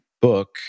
book